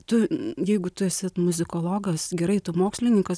tu jeigu tu esi muzikologas gerai tu mokslininkas